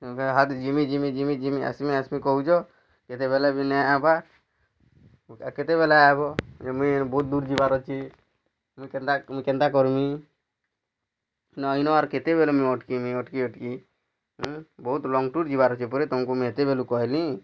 ତମେ ଏହା ଦେ ଯିମି ଯିମି ଯିମି ଯିମି ଆସିମି ଆସିମି କହୁଚ କେତେବେଲେ ବି ନାଇଁ ଆଇବାର୍ ଏ କେତେବେଲେ ଆଇବ ମୁଇଁ ବହୁତ୍ ଦୂର୍ ଯିବାର୍ ଅଛି ମୁଇଁ କେନ୍ତା ମୁଇଁ କେନ୍ତା କର୍ମି ନ ଇନ୍ ଆର୍ କେତେବେଲେ ମୁଇଁ ଅଟ୍କିମି ଅଟ୍କି ଅଟ୍କି ବହୁତ୍ ଲଙ୍ଗ୍ ଟୁର୍ ଯିବାର୍ ଅଛି ପରି ତମ୍କୁ ମୁଁ ଏତେବେଲୁ କହିଁଲି